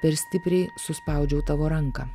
per stipriai suspaudžiau tavo ranką